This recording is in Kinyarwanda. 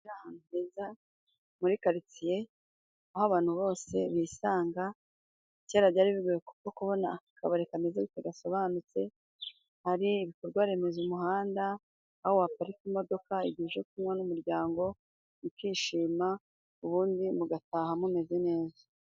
Inzu nziza muri karitsiye, aho abantu bose bisanga. Kera byari bigoye kuko kubona akabari kameze neza gasobanutse, hari ibikorwaremezo umuhanda aho waparika imodoka igihe uje kunywa n'umuryango, mukishima ubundi mugataha mumeze neza.